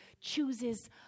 chooses